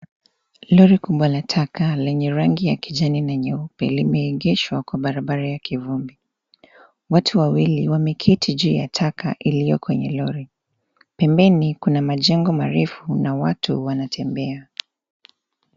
Lori kubwa la taka lenye rangi ya kijani na nyeupe limeegeshwa kwa barabara ya kivumbi. Watu wawili wameketi juu ya taka, iliyo kwenye lori. Pembeni Kuna majengo marefu na watu wanatembea.